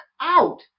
out